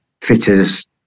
fitters